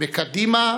וקדימה